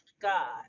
God